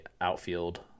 outfield